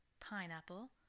pineapple